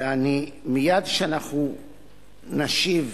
ומייד כשאנחנו נשיב